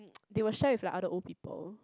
they will share with like other old people